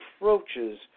approaches